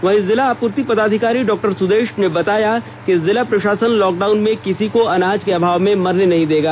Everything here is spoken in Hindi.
वहीं जिला आपूर्ति पदाधिकारी डॉ सुदेश ने बताया कि जिला प्रशासन लॉकडाउन में किसी को अनाज के अभाव में मरने नहीं देगा